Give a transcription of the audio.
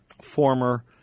former